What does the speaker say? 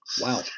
Wow